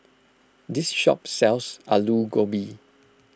this shop sells Aloo Gobi